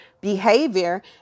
behavior